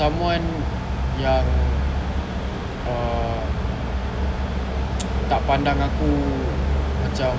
someone yang err tak pandang aku macam